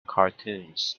cartoons